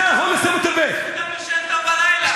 אתה, בזכותם אתה ישן טוב בלילה.